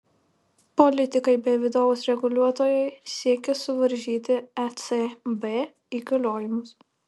politikai bei vidaus reguliuotojai siekia suvaržyti ecb įgaliojimus